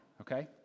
okay